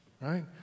right